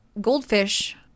goldfish